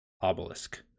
obelisk